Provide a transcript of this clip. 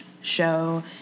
show